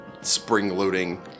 spring-loading